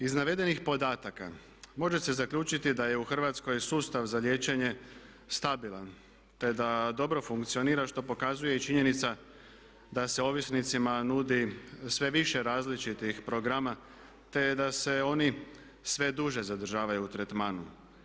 Iz navedenih podataka može se zaključiti da je u Hrvatskoj sustav za liječenje stabilan te da dobro funkcionira što pokazuje i činjenica da se ovisnicima nudi sve više različitih programa te da se oni sve duže zadržavaju u tretmanu.